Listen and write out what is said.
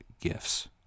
gifts